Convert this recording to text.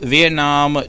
Vietnam